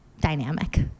dynamic